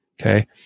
okay